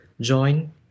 Join